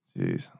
Jeez